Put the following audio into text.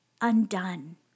undone